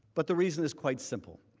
but the reason is quite simple,